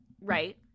Right